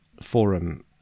forum